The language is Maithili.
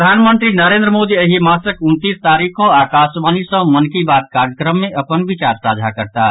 प्रधानमंत्री नरेन्द्र मोदी एहि मासक उनतीस तारीख कऽ आकाशवाणी सँ मन की बात कार्यक्रम मे अपन विचार साझा करताह